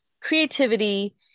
creativity